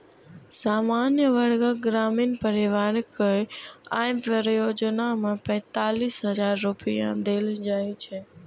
सामान्य वर्गक ग्रामीण परिवार कें अय योजना मे पैंतालिस हजार रुपैया देल जाइ छै